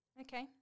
Okay